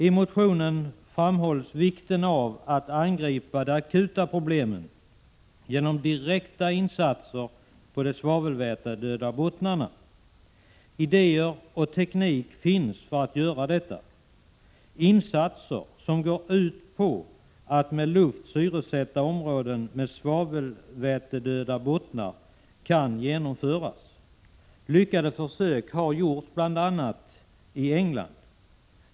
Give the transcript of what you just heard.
I motionen framhålls vikten av att angripa de akuta problemen genom direkta insatser på de svavelvätedöda bottnarna. Idéer och teknik finns för att göra detta. Insatser som går ut på att med luft syresätta områden med svavelvätedöda bottnar kan genomföras. Lyckade försök har gjorts bl.a. i England.